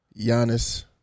Giannis